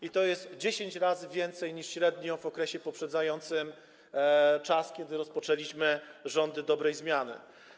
I to jest 10 razy więcej niż średnio w okresie poprzedzającym czas, kiedy rozpoczęliśmy rządy dobrej zmiany.